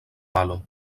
valo